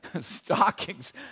stockings